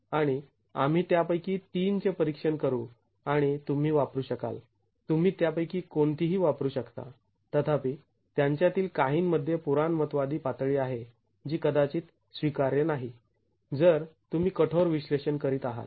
आणि आम्ही त्यापैकी तीनचे परिक्षण करू आणि तुम्ही वापरू शकाल तुम्ही त्यापैकी कोणतीही वापरू शकता तथापि त्यांच्यातील काहींमध्ये पुराणमतवादी पातळी आहे जी कदाचित स्वीकार्य नाही जर तुम्ही कठोर विश्लेषण करीत आहात